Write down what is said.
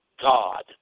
God